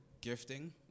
gifting